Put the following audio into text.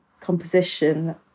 composition